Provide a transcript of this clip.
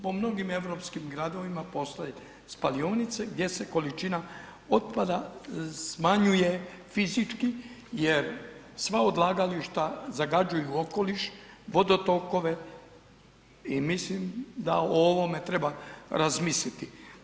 Po mnogim europskim gradovima postoje spalionice gdje se količina otpada smanjuje fizički jer sva odlagališta zagađuju okoliš, vodotokove i mislim da o ovome treba razmisliti.